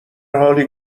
حالی